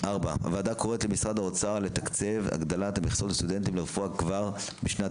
הוועדה קוראת למשרד האוצר לתקצב הגדלת מכסות לסטודנטים לרפואה כבר בשנת